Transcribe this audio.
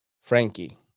Frankie